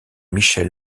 michel